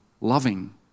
loving